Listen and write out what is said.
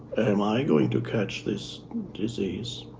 am i going to catch this disease?